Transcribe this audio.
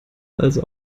also